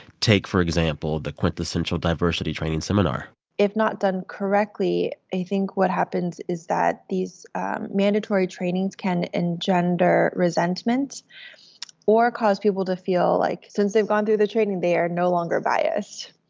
take for example the quintessential diversity training seminar if not done correctly, i think what happens is that these mandatory trainings can engender resentment or cause people to feel like, since they've gone through the training, they are no longer biased.